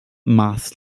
más